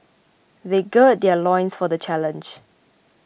they gird their loins for the challenge